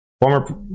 former